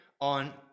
on